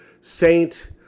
saint